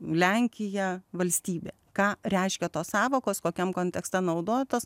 lenkija valstybė ką reiškia tos sąvokos kokiam kontekste naudotos